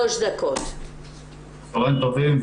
צהריים טובים,